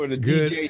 good